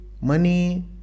money